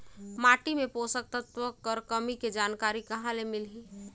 माटी मे पोषक तत्व कर कमी के जानकारी कहां ले मिलही?